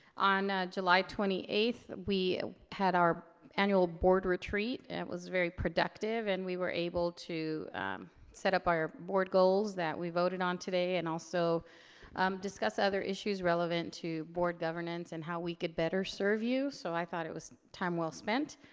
on july twenty eighth we had our annual board retreat. that was very productive and we were able to set up our board goals that we voted on today and also discuss other issues relevant to board governance and how we could better serve you so i thought it was time well spent.